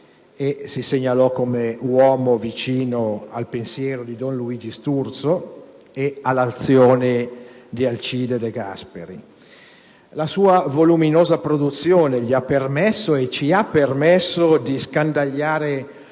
e si segnalò come uomo vicino al pensiero di don Luigi Sturzo e all'azione di Alcide De Gasperi. La sua voluminosa produzione gli ha permesso e ci ha permesso di scandagliare